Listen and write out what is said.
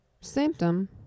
symptom